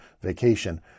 vacation